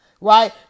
right